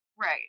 Right